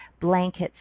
blankets